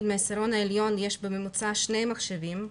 מהעשירון העליון יש בממוצע שני מחשבים,